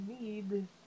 need